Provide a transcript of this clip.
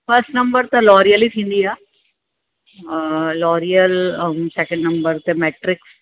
first number त L'Oreal ई थींदी आहे लॉरियल सेकंड नम्बर ते मैट्रिक्स